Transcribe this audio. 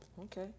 okay